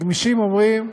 הגמישים אומרים: